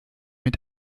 mit